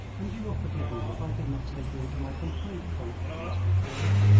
and you will forgive me if i did not take you into my complete confidence before.